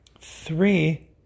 three